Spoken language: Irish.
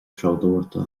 treabhdóireachta